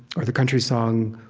or the country song,